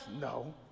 No